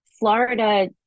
Florida